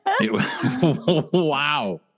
Wow